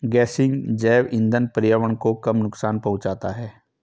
गेसिंग जैव इंधन पर्यावरण को कम नुकसान पहुंचाता है